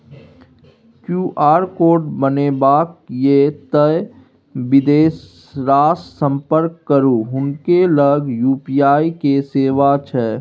QR code बनेबाक यै तए बिदेसरासँ संपर्क करू हुनके लग यू.पी.आई के सेवा छै